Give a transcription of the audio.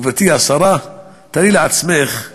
גברתי השרה, תארי לעצמך,